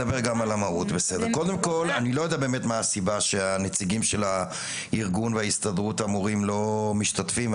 מה הסיבה שנציגי הארגון והסתדרות המורים לא משתתפים.